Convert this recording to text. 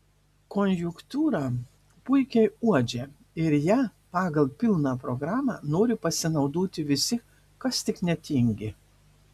konjunktūrą puikiai uodžia ir ja pagal pilną programą nori pasinaudoti visi kas tik netingi